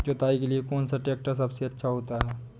जुताई के लिए कौन सा ट्रैक्टर सबसे अच्छा होता है?